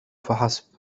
فحسب